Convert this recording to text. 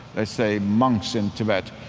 ah say monks in tibet.